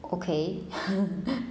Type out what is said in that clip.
okay